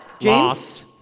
Lost